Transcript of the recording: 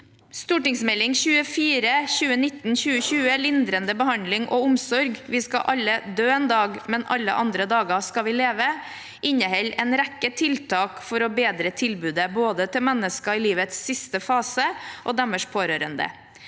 St. 24 for 2019–2020, Lindrende behandling og omsorg – Vi skal alle dø en dag. Men alle andre dager skal vi leve, inneholder en rekke tiltak for å bedre tilbudet både til mennesker i livets siste fase og til deres pårørende.